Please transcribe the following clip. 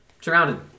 surrounded